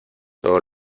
todo